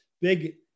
big